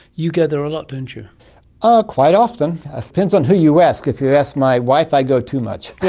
you go there a lot, don't you? ah quite often, it depends on who you ask. if you ask my wife, i go too much.